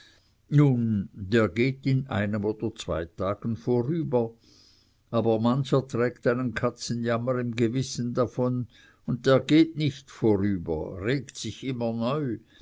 nun der geht in einem oder zwei tagen vorüber aber mancher trägt einen katzenjammer im gewissen davon und der geht nicht vorüber regt sich immer neu